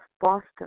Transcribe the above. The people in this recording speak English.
Boston